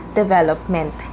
development